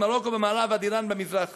ממרוקו במערב ועד איראן במזרח.